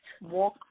Walk